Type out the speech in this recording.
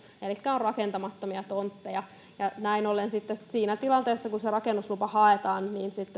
elikkä on rakentamattomia tontteja näin ollen sitten siinä tilanteessa kun se rakennuslupa haetaan